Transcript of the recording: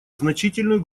значительную